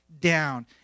down